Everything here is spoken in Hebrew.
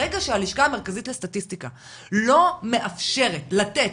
ברגע שהלשכה המרכזית לסטטיסטיקה לא מאפשרת לתת